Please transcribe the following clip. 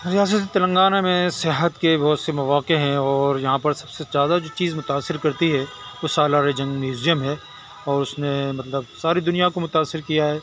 ریاست تلنگانہ میں صحت کے بہت سے مواقع ہیں اور یہاں پر سب سے زیادہ جو چیز متأثر كرتی ہے وہ سالار جنگ میوزیم ہے اور اس نے مطلب ساری دنیا كو متأثر كیا ہے